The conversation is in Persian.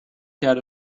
کرد